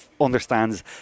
understands